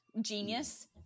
genius